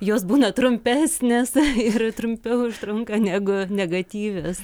jos būna trumpesnės ir trumpiau užtrunka negu negatyvios